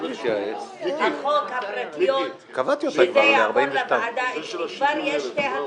החוק הפרטיות שזה יעבור לוועדה אצלי.